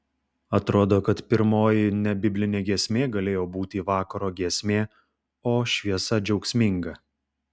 atrodo kad pirmoji nebiblinė giesmė galėjo būti vakaro giesmė o šviesa džiaugsminga